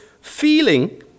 feeling